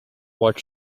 what